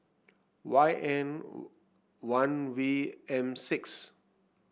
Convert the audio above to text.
Y N one V M six